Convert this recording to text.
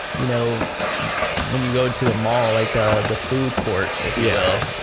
you know when you go to the mall like the the food court if you will,